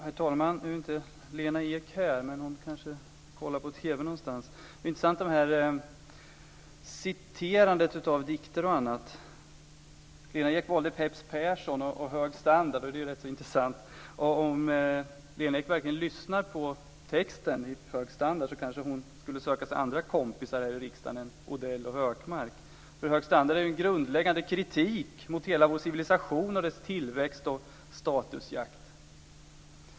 Herr talman! Nu är ju inte Lena Ek här, men hon kanske följer debatten någon annanstans. Citaten ur dikter och annat var intressanta. Lena Ek valde att citera ur Peps Perssons Hög standard. Om Lena Ek verkligen lyssnar på den texten kanske hon skulle söka sig andra kompisar i riksdagen än Odell och Hökmark. Hög standard innehåller ju en grundläggande kritik mot hela vår civilisation och dess tillväxt och statusjakt.